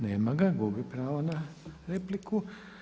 Nema ga, gubi pravo na repliku.